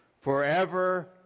Forever